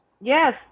yes